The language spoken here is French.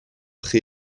pré